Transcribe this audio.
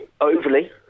overly